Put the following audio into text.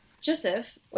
joseph